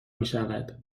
میشود